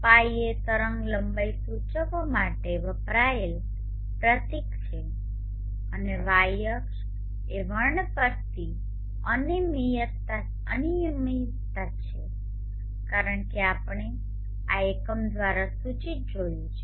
λ એ તરંગલંબાઇ સૂચવવા માટે વપરાયેલ પ્રતીક છે અને y અક્ષ એ વર્ણપટ્ટી અનિયમિતતા છે કારણ કે આપણે આ એકમ દ્વારા સૂચિત જોયું છે